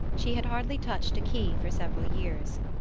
she had hardly touched a key for several years.